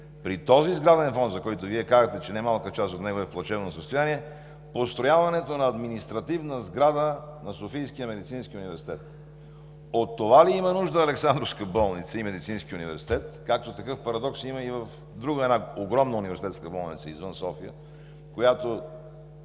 при този сграден фонд, за който Вие казахте, че немалка част от него е в плачевно състояние, построяването на административна сграда на софийския Медицински университет. От това ли има нужда Александровска болница и Медицинският университет, както такъв парадокс има и в друга една огромна университетска болница извън София, на която